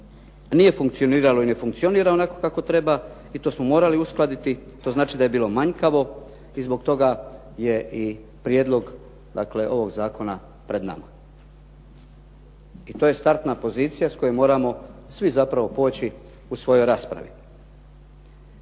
nije funkcioniralo i ne funkcionira onako kako treba i to smo morali uskladiti. To znači da je bilo manjkavo i zbog toga je i prijedlog dakle ovog zakona pred nama. I to je startna pozicija s koje moramo svi zapravo poći u svojoj raspravi.